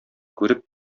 күреп